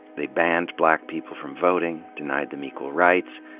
they banned black people from voting, denied them equal rights,